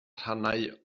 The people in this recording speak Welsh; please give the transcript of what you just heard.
rhannau